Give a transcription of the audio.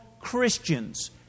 Christians